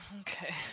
Okay